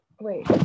wait